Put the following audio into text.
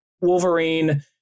Wolverine